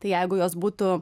tai jeigu jos būtų